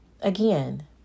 again